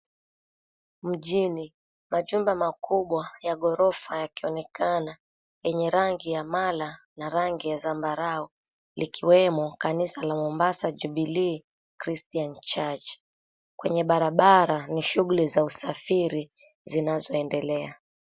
Mjini, majumba makubwa ya ghorofa yakionekana, yenye rangi ya mala na rangi ya zambarau. Likiwemo kanisa la Mombasa Jubilee Christian Church. Kwenye barabara ni shughuli za usafiri zinazoendelea.